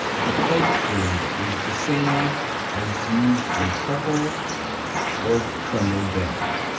the quaint word is the same as used in truckle or trundle bed.